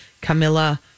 Camilla